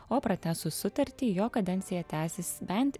o pratęsus sutartį jo kadencija tęsis bent